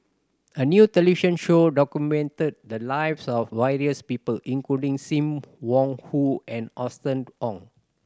a new television show documented the lives of various people including Sim Wong Hoo and Austen Ong